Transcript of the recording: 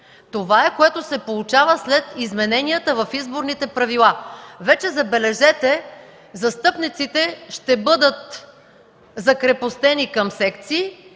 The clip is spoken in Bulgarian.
Това се получава след измененията в изборните правила. Забележете, че застъпниците вече ще бъдат закрепостени към секции